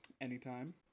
anytime